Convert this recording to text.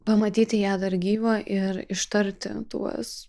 pamatyti ją dar gyvą ir ištarti tuos